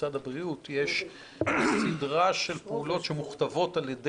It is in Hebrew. במשרד הבריאות יש סדרה של פעולות שמוכתבים על-ידי